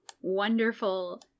wonderful